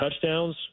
touchdowns